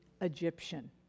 Egyptian